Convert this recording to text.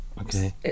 okay